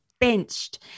benched